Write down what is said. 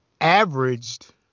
averaged